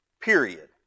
Period